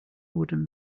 wooden